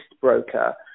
broker